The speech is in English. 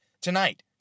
tonight